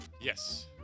Yes